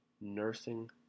nursing